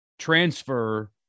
transfer